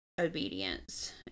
obedience